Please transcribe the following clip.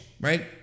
right